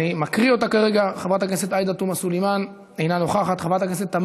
אני מקריא אותה כרגע: חברת הכנסת עאידה תומא סלימאן,